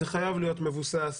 וזה חייב להיות מבוסס